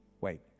Wait